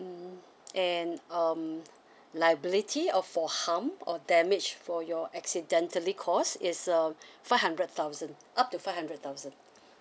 mm and um liability of for harm or damage for your accidentally cost it's uh five hundred thousand up to five hundred thousand